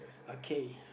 okay